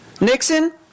Nixon